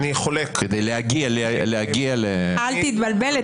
אל תתבלבל.